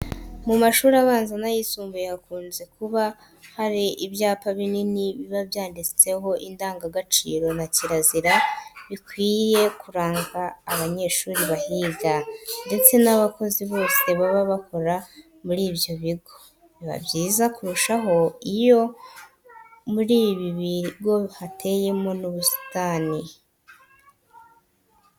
Mu mashuri abanza n'ayisumbuye hakunze kuba hari ibyapa binini biba byanditseho indangagaciro na kirazira bikwiye kuranga abanyeshuri bahiga ndetse n'abakozi bose baba bakora muri ibyo bigo. Biba byiza kurushaho iyo muri ibi bigo hateyemo n'ubusitani.